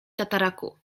tataraku